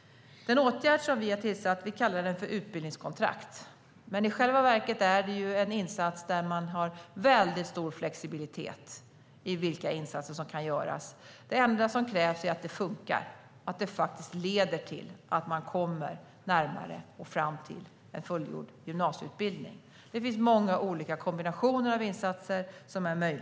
Den åtgärd som vi vidtagit kallar vi för utbildningskontrakt. I själva verket är det en insats där man har stor flexibilitet beträffande vilka insatser som kan göras. Det enda som krävs är att det fungerar, att det leder till att man kommer närmare och fram till en fullgjord gymnasieutbildning. För att uppnå det finns många möjliga kombinationer av insatser.